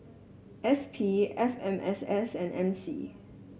S P F M S S and M C